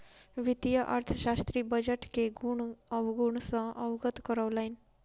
वित्तीय अर्थशास्त्री बजट के गुण अवगुण सॅ अवगत करौलैन